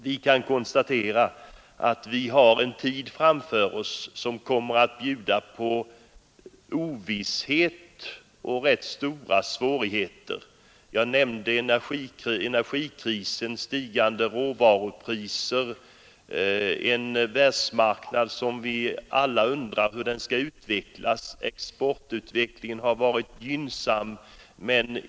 Vi kan konstatera att vi har framför oss en tid som kommer att bjuda på ovisshet och stora svårigheter. Jag har redan nämnt energikrisen och de stigande råvarupriserna på världsmarknaden, och vi undrar alla hur det kommer att utvecklas.